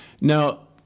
now